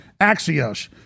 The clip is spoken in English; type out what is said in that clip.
Axios